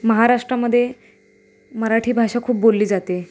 महाराष्ट्रामध्ये मराठी भाषा खूप बोलली जाते